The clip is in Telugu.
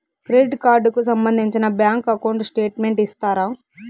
క్రెడిట్ కార్డు కు సంబంధించిన బ్యాంకు అకౌంట్ స్టేట్మెంట్ ఇస్తారా?